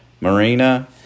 Marina